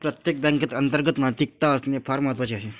प्रत्येक बँकेत अंतर्गत नैतिकता असणे फार महत्वाचे आहे